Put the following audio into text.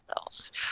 Else